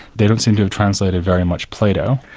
they don't seem to have translated very much plato.